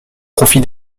profit